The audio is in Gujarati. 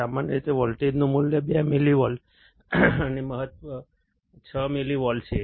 સામાન્ય રીતે વોલ્ટેજનું મૂલ્ય 2 મિલિવોલ્ટ અને મહત્તમ 6 મિલિવોલ્ટ છે